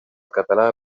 català